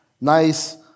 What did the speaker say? nice